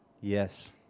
Yes